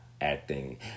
acting